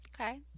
Okay